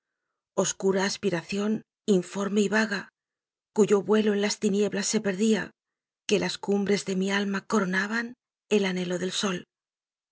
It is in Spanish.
oscura aspiración informe y vaga cuyo vuelo en las nieblas se perdía que las cumbres de mi alma coronaban el anhelo del sol